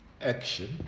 action